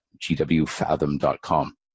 GWFathom.com